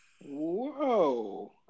Whoa